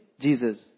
Jesus